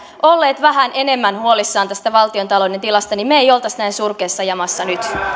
olleet vähän enemmän huolissanne tästä valtiontalouden tilasta niin me emme olisi näin surkeassa jamassa